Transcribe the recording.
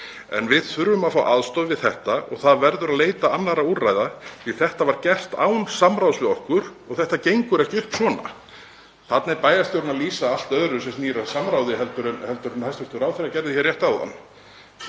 „En við þurfum að fá aðstoð við þetta og það verður að leita annarra úrræða því þetta var gert án samráðs við okkur og þetta gengur ekki upp svona.“ Þarna er bæjarstjórinn að lýsa allt öðru samráði en hæstv. ráðherra gerði hér rétt áðan.